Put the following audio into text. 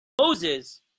Moses